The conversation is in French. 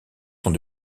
sont